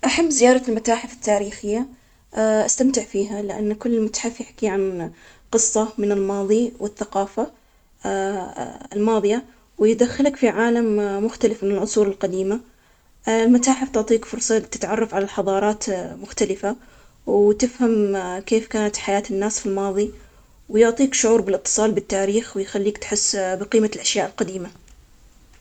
أنا أحب زيارة المتاحف التاريخية, هاي المتاحف فيها معلومات كثيرة عن تراثنا وثقافتنا, حتى عن تراث ثقافة الشعوب الأخرى, كل قطعة تروي قصة نستمتع بالاستكشاف والتعلم عن الماضي, واحب أشوف المعروضات القديمة والفنون, المتحف يعطيني إحساس بالفخر, والإنتماء يخليني أقدر حضارتنا أكثر.